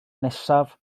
nesaf